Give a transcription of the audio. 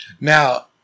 Now